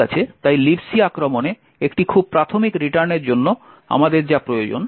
ঠিক আছে তাই লিব সি আক্রমণে একটি খুব প্রাথমিক রিটার্নের জন্য আমাদের যা প্রয়োজন